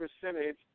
percentage